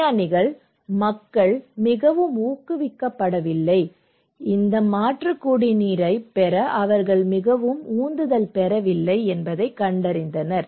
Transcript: விஞ்ஞானிகள் மக்கள் மிகவும் ஊக்குவிக்கப்படவில்லை இந்த மாற்று குடிநீரைப் பெற அவர்கள் மிகவும் உந்துதல் பெறவில்லை என்பதைக் கண்டறிந்தனர்